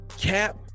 Cap